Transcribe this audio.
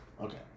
Okay